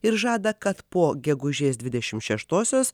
ir žada kad po gegužės dvidešim šeštosios